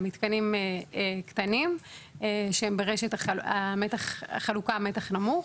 על מתקנים קטנים שהם ברשת החלוקה במתח נמוך,